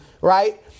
right